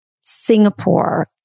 Singapore